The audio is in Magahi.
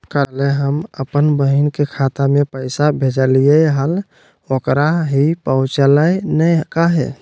कल्हे हम अपन बहिन के खाता में पैसा भेजलिए हल, ओकरा ही पहुँचलई नई काहे?